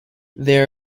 there